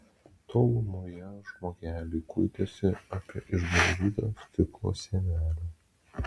tolumoje žmogeliai kuitėsi apie išdaužytą stiklo sienelę